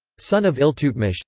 son of iltutmish